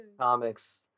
comics